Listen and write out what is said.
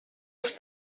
als